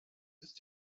ist